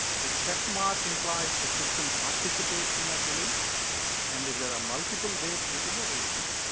the checkmark implies the system participates in that release and if there are multiple dates within a release,